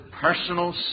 personal